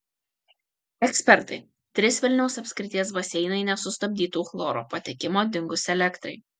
ekspertai trys vilniaus apskrities baseinai nesustabdytų chloro patekimo dingus elektrai